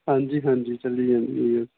ਹਾਂਜੀ ਹਾਂਜੀ ਚੱਲੀ ਜਾਂਦਾ ਵਧੀਆ